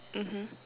mmhmm